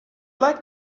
like